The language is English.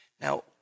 Now